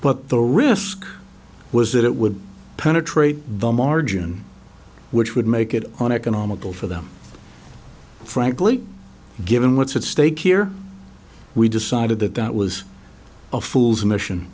but the risk was that it would penetrate the margin which would make it on economical for them frankly given what's at stake here we decided that that was a fool's mission